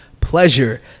pleasure